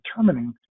determining